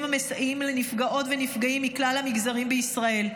המסייעים לנפגעות ונפגעים מכלל המגזרים בישראל.